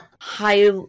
high